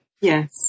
Yes